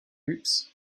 oops